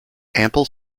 ample